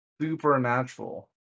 Supernatural